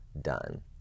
done